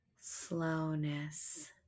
slowness